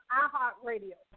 iHeartRadio